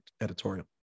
editorial